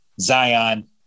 Zion